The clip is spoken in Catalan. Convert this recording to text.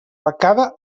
becada